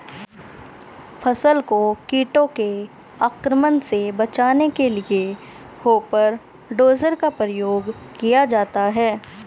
फसल को कीटों के आक्रमण से बचाने के लिए हॉपर डोजर का प्रयोग किया जाता है